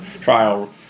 trial